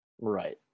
Right